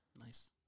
Nice